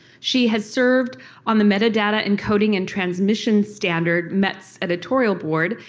she has served on the metidata and coding and transmission standard met's editorial board,